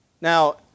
Now